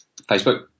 Facebook